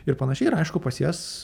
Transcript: ir panašiai ir aišku pas jas